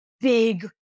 big